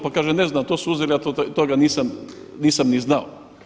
Pa kaže, ne znam, to su uzeli, ja toga nisam ni znao.